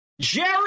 Jerry